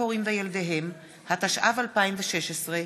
התשע"ו 2016,